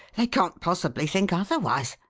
they can't possibly think otherwise.